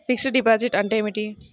Fixed డిపాజిట్లు అంటే ఏమిటి?